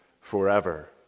forever